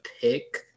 pick